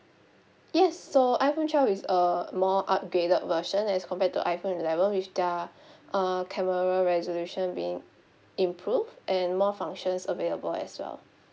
yes so iphone twelve is a more upgraded version as compared to iphone eleven with their uh camera resolution being improved and more functions available as well